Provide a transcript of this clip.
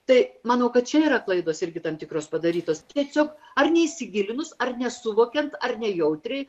tai manau kad čia yra klaidos irgi tam tikros padarytos tiesiog ar neįsigilinus ar nesuvokiant ar nejautriai